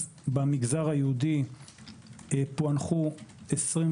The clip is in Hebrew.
אז במגזר היהודי הוגשו 24